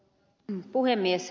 herra puhemies